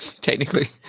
Technically